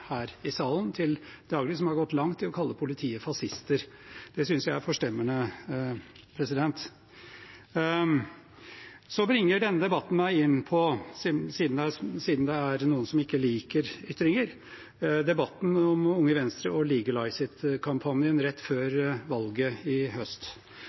her i salen til daglig, som har gått langt i å kalle politiet fascister. Det synes jeg er forstemmende. Denne debatten bringer meg inn på, siden det er noen som ikke liker ytringer, debatten om Unge Venstre og «Legalize it»-kampanjen rett før valget i høst.